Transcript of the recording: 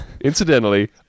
Incidentally